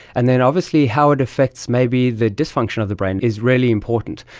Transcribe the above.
and then obviously how it affects maybe the dysfunction of the brain is really important.